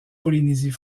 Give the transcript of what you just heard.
polynésie